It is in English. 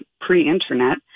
pre-internet